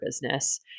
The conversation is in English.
business